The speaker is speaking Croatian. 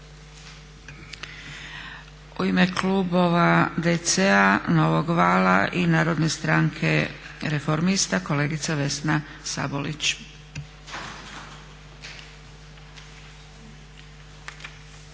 U ime klubova DC-a, Novog vala i Narodne stranke reformista kolegica Vesna Sabolić.